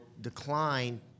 decline